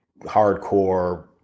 hardcore